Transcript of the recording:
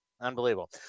Unbelievable